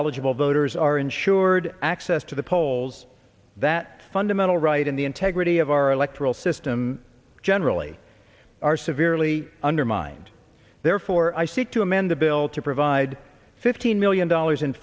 eligible voters are insured access to the polls that fundamental right in the integrity of our electoral system generally are severely undermined therefore i seek to amend the bill to provide fifteen million dollars in